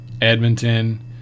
Edmonton